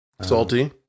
Salty